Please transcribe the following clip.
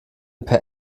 per